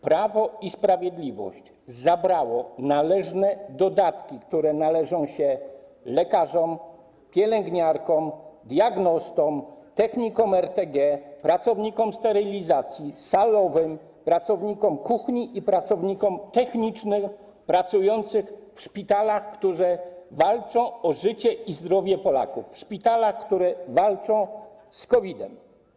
Prawo i Sprawiedliwość zabrało należne dodatki, które należą się lekarzom, pielęgniarkom, diagnostom, technikom RTG, pracownikom sterylizacji, salowym, pracownikom kuchni i pracownikom technicznym pracującym w szpitalach, które walczą o życie i zdrowie Polaków, w szpitalach, które walczą z COVID-em.